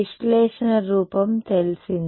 విశ్లేషణ రూపం తెలిసింది